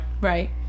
Right